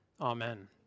Amen